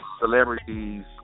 celebrities